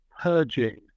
purging